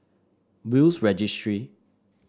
Will's Registry